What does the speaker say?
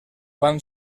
van